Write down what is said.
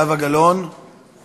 חברת הכנסת זהבה גלאון, מוותרת,